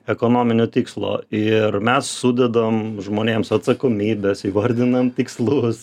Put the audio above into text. ekonominio tikslo ir mes sudedam žmonėms atsakomybes įvardinam tikslus